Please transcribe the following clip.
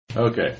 okay